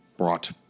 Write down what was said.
Brought